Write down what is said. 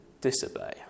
disobey